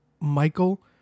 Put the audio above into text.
Michael